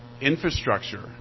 Infrastructure